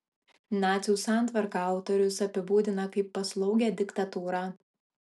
nacių santvarką autorius apibūdina kaip paslaugią diktatūrą